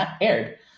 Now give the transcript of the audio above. aired